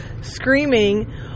screaming